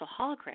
hologram